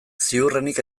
ziurrenik